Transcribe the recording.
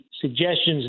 suggestions